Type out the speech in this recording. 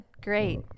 Great